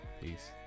peace